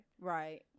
right